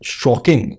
shocking